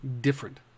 different